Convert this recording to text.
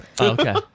Okay